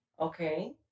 Okay